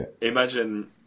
imagine